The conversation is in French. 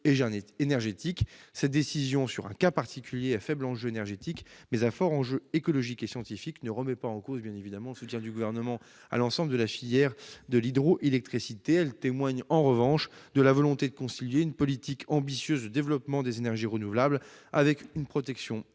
énergétique. Cette décision, sur un cas particulier à faible enjeu énergétique, mais à fort enjeu écologique et scientifique, ne remet pas en cause le soutien du Gouvernement à l'ensemble de la filière hydroélectrique. Elle témoigne, en revanche, de la volonté de concilier une politique ambitieuse de développement des énergies renouvelables avec une protection